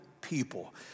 people